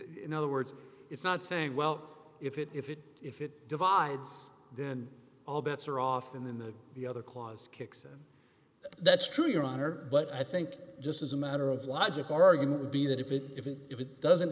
in other words it's not saying well if it if it if it divides then all bets are off and then the the other clause kicks that's true your honor but i think just as a matter of logic argument would be that if it if it if it doesn't